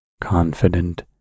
confident